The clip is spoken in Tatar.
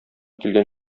килгән